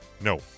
No